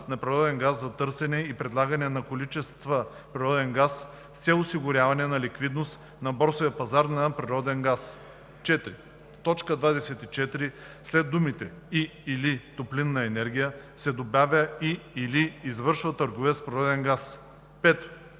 на природен газ за търсене и предлагане на количества природен газ с цел осигуряване на ликвидност на борсовия пазар на природен газ.“ 4. В т. 24 след думите „и/или топлинна енергия“ се добавя „и/или извършва търговия с природен газ“. 5.